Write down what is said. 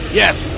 yes